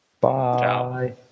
Bye